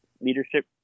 leadership